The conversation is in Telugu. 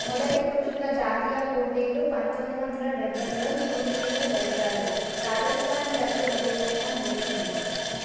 మొదటి పురుషుల జాతీయ పోటీలు పంతొమ్మిది వందల డెబ్బైలో న్యూఢిల్లీలో జరిగాయి రాజస్థాన్ జట్టు విజేతగా నిలిచింది